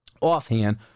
offhand